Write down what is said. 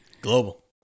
Global